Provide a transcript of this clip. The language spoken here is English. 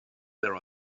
there